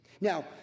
Now